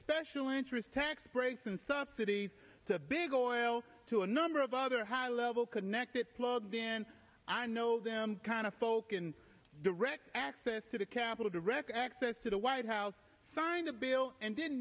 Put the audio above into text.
special interest tax breaks and subsidies to big oil to a number of other high level connected plugged in i know them kind of coke and direct access to the capital direct access to the white house signed a bill and didn't